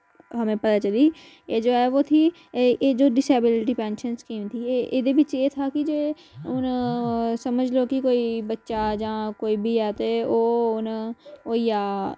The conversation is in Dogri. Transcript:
हमें पता चली ऐ जो है वो थी ऐ जो डिसएबिलिटी पेंशन स्कीम ही ऐह्दे विच्च एह् था कि जो हुन समझ लो की कोई बच्चा जां कोई बी ऐ ते ओ उन्न होई जां